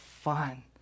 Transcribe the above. fun